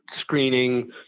screening